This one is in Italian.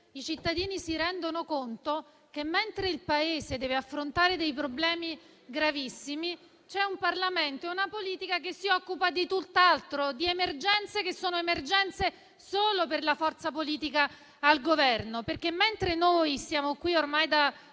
i cittadini si rendono conto che, mentre il Paese deve affrontare problemi gravissimi, ci sono un Parlamento e una politica che si occupano di tutt'altro e di emergenze che sono tali solo per la forza politica al Governo. Mentre stiamo qui in